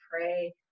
pray